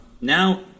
now